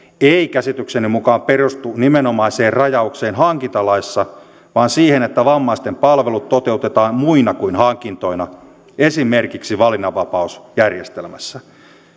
ei käsitykseni mukaan perustu nimenomaiseen rajaukseen hankintalaissa vaan siihen että vammaisten palvelut toteutetaan muina kuin hankintoina esimerkiksi valinnanvapausjärjestelmässä